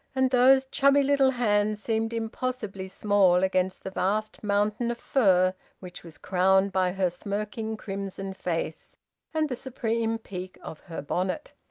and those chubby little hands seemed impossibly small against the vast mountain of fur which was crowned by her smirking crimson face and the supreme peak of her bonnet.